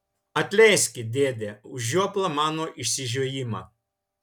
atleiski dėde už žioplą mano išsižiojimą